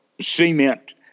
cement